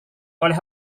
oleh